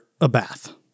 Abath